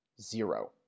Zero